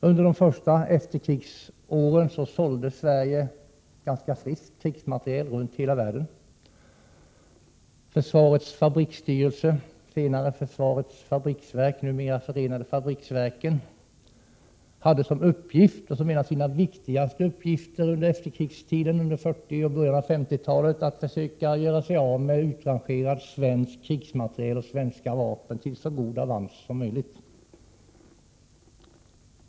Under de första efterkrigsåren sålde Sverige ganska friskt krigsmateriel runt hela världen. Försvarets fabriksstyrelse, senare försvarets fabriksverk, numera förenade fabriksverken, hade som en av sina viktigaste uppgifter under 40 och början av 50-talen att försöka göra sig av med utrangerad svensk krigsmateriel till så god avans som möjligt.